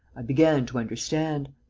i began to understand.